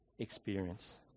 experience